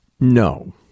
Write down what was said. No